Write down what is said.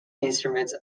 instruments